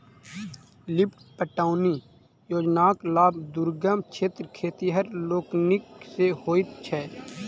lift पटौनी योजनाक लाभ दुर्गम क्षेत्रक खेतिहर लोकनि के होइत छै